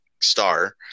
star